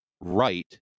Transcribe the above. right